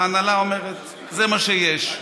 ההנהלה אומרת: זה מה שיש.